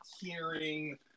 hearing